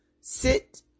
sit